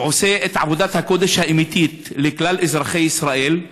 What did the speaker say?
שעושה את עבודת הקודש האמיתית לכלל אזרחי ישראל,